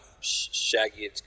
Shaggy